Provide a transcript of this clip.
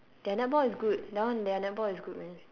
their netball is good that one their netball is good man